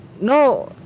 No